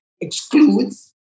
excludes